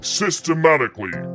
systematically